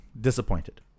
disappointed